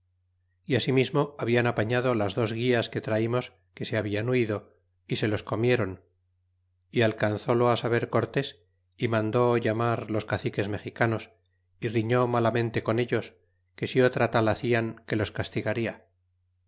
y asimismo habian apañado las dos gulas que traimos que se hablan huido y se los comieron y alcanzólo saber cortés y mandó llamar los caciques mexicanos y riñó malamente con ellos que si otra tal hacian que los castigarla